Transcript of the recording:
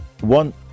One